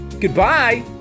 Goodbye